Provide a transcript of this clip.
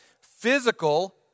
physical